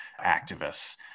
activists